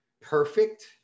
Perfect